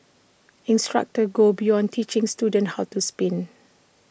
instructors go beyond teaching students how to spin